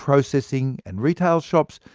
processing, and retail shops,